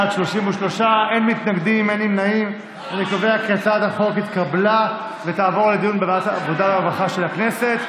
התשפ"ב 2021, לוועדה שתקבע ועדת הכנסת נתקבלה.